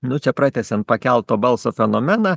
nu čia pratęsiant pakelto balso fenomeną